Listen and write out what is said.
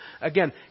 Again